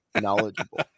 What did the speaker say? knowledgeable